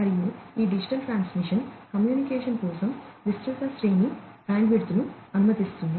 మరియు ఈ digital transmission అనుమతిస్తుంది